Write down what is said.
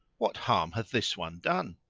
what harm hath this one done?